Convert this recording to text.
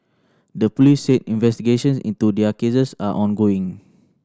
the police said investigations into their cases are ongoing